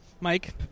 Mike